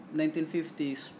1950s